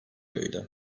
öyle